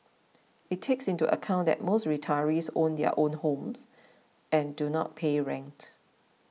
it takes into account that most retirees own their own homes and do not pay rents